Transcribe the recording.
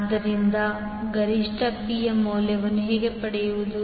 ಆದ್ದರಿಂದ ಗರಿಷ್ಠ P ಯ ಮೌಲ್ಯವನ್ನು ಹೇಗೆ ಪಡೆಯುವುದು